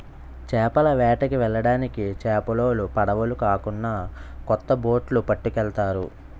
చేపల వేటకి వెళ్ళడానికి చేపలోలు పడవులు కాకున్నా కొత్త బొట్లు పట్టుకెళ్తారు